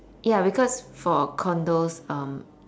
ya because for condos um